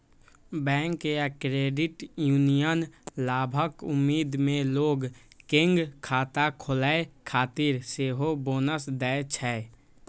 bank या credit union लाभक उम्मीद मे लोग कें खाता खोलै खातिर सेहो बोनस दै छै